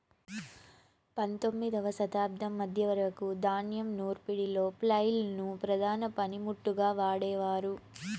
పందొమ్మిదవ శతాబ్దం మధ్య వరకు ధాన్యం నూర్పిడిలో ఫ్లైల్ ను ప్రధాన పనిముట్టుగా వాడేవారు